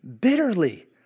bitterly